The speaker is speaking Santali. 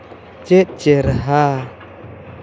ᱪᱮᱫ ᱪᱮᱨᱦᱟ